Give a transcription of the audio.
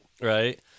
right